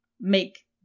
make